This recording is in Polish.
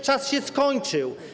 Czas się skończył.